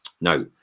Now